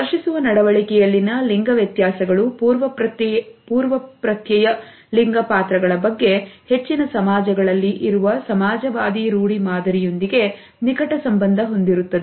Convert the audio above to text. ಸ್ಪರ್ಶಿಸುವ ನಡವಳಿಕೆಯಲ್ಲಿನ ಲಿಂಗ ವ್ಯತ್ಯಾಸಗಳು ಪೂರ್ವಪ್ರತ್ಯಯ ಲಿಂಗ ಪಾತ್ರಗಳ ಬಗ್ಗೆ ಹೆಚ್ಚಿನ ಸಮಾಜಗಳಲ್ಲಿ ಇರುವ ಸಮಾಜವಾದಿ ರೂಢಿ ಮಾದರಿಯೊಂದಿಗೆ ನಿಕಟ ಸಂಬಂಧ ಹೊಂದಿರುತ್ತದೆ